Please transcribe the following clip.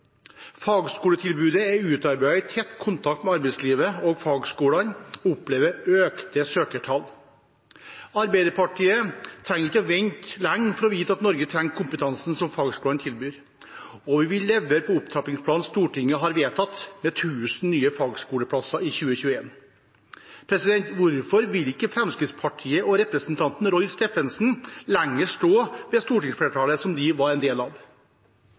Fagskoletilbudet er utarbeidet i tett kontakt med arbeidslivet, og fagskolene opplever økte søkertall. Arbeiderpartiet trenger ikke å vente lenge for å vite at Norge trenger kompetansen som fagskolene tilbyr, og vi vil levere på opptrappingsplanen Stortinget har vedtatt, med tusen nye fagskoleplasser i 2021. Hvorfor vil ikke Fremskrittspartiet og representanten Roy Steffensen lenger stå ved stortingsflertallet, som de var en del av?